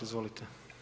Izvolite.